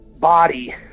body